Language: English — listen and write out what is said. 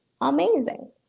amazing